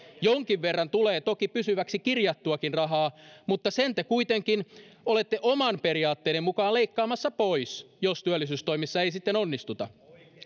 jonkin verran tulee toki pysyväksi kirjattuakin rahaa mutta sen te kuitenkin olette oman periaatteenne mukaan leikkaamassa pois jos työllisyystoimissa ei sitten onnistuta